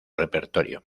repertorio